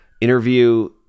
interview